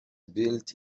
built